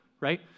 right